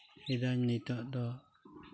ᱤᱫᱟᱹᱧ ᱱᱤᱛᱚᱜ ᱫᱚ